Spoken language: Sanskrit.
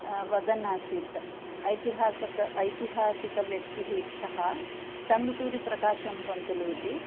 वदन् आसीत् ऐतिहासाक ऐतिहासिकव्यक्तिः सः टङ्ग्टुरी प्रकाशं पन्तलु इति